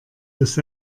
dass